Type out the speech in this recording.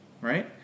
right